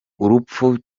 urupfu